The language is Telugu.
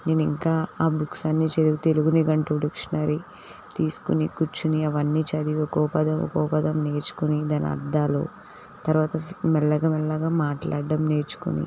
నేనింకా ఆ బుక్స్ అన్నీ చదివి తెలుగు నిఘంటువు డిక్షనరీ తీసుకుని కూర్చుని అవన్నీ చదివి ఒక్కో పదం ఒక్కో పదం నేర్చుకుని దాని అర్దాలు తర్వాత మెల్లగా మెల్లగా మాట్లాడ్డం నేర్చుకుని